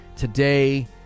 today